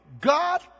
God